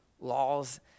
laws